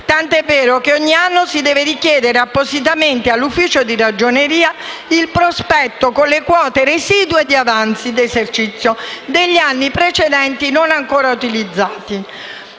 tant'è vero che ogni anno si deve richiedere appositamente all'Ufficio di ragioneria il prospetto con le quote residue di avanzi d'esercizio di anni precedenti non ancora utilizzate.